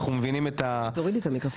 אנחנו מבינים את המשמעות,